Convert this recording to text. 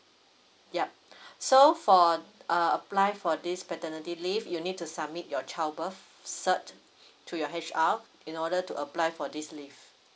yup so for err apply for this paternity leave you need to submit your child birth cert to your H_R in order to apply for this leave